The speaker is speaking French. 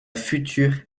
future